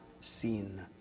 seen